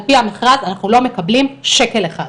על פי המכרז אנחנו לא מקבלים שקל אחד.